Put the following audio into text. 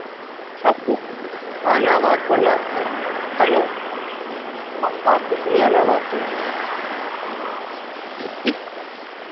हैं ना बात करना हलो बात तो सुनिए ना बात करना